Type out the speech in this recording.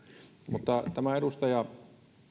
mutta tämä edustaja